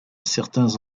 certains